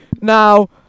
Now